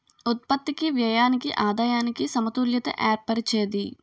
ఉత్పత్తికి వ్యయానికి ఆదాయానికి సమతుల్యత ఏర్పరిచేది